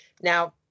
Now